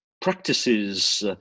practices